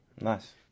nice